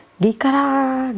gikara